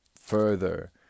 further